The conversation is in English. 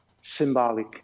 symbolic